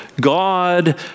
God